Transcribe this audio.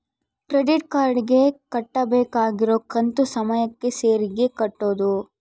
credit card ಗೆ ಕಟ್ಬಕಾಗಿರೋ ಕಂತು ಸಮಯಕ್ಕ ಸರೀಗೆ ಕಟೋದು